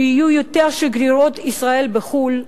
שגרירות ישראל בחו"ל,